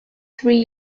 three